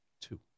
two